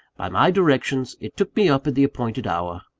by my directions, it took me up at the appointed hour,